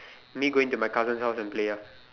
me going to my cousin's house and play ah